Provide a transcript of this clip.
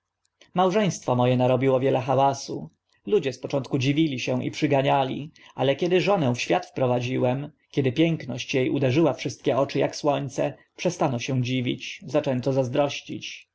małżeństwo mo e narobiło wiele hałasu ludzie z początku dziwili się i przyganiali żona ale kiedy żonę w świat wprowadziłem kiedy piękność e uderzyła wszystkie oczy ak słońce przestano się dziwić zaczęto zazdrościć